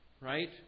right